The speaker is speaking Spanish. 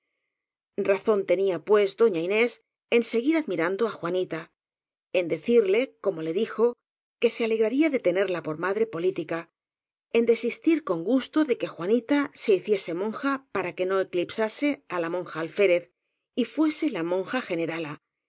razón tenía pues doña inés en seguir admi rando á juanita en decirle como le dijo que se alegraría de tenerla por madre política en desistir con gusto de que juanita se hiciese monja para que no eclipsase á la monja alférez y fuese la monja generala